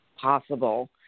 possible